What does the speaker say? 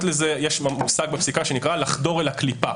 לזה לפי מושג בפסיקה: "לחדור אל הקליפה".